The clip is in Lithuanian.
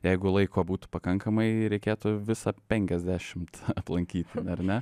jeigu laiko būtų pakankamai reikėtų visą penkiasdešimt aplankyti ar ne